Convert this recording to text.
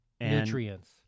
nutrients